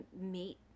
meet